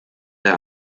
der